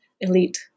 elite